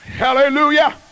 Hallelujah